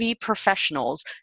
professionals